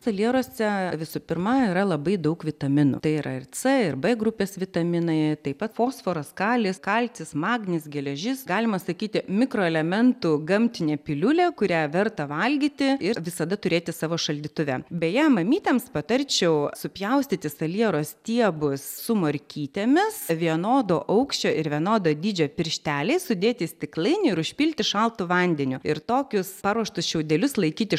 salieruose visų pirma yra labai daug vitaminų tai yra ir c ir b grupės vitaminai taip pat fosforas kalis kalcis magnis geležis galima sakyti mikroelementų gamtinė piliulė kurią verta valgyti ir visada turėti savo šaldytuve beje mamytėms patarčiau supjaustyti saliero stiebus su morkytėmis vienodo aukščio ir vienodo dydžio piršteliais sudėti į stiklainį ir užpilti šaltu vandeniu ir tokius paruoštus šiaudelius laikyti